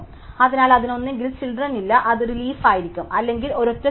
അതിനാൽ അതിന് ഒന്നുകിൽ ചിൽഡ്രൻ ഇല്ല അത് ഒരു ലീഫ് ആയിരിക്കും അല്ലെങ്കിൽ ഒരൊറ്റ ചൈൽഡ്